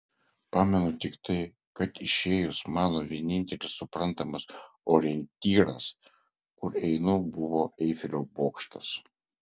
pamenu tik tai kad išėjus mano vienintelis suprantamas orientyras kur einu buvo eifelio bokštas